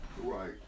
Right